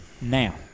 now